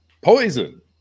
poison